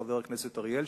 חבר הכנסת אריאל,